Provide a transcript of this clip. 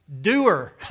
doer